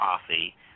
coffee